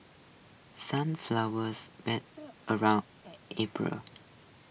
sunflowers bloom around April